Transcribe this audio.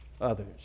others